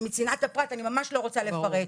שמצנעת הפרט אני ממש לא רוצה לפרט.